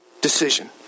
decision